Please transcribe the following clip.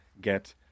get